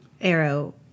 arrow